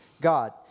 God